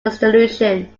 dissolution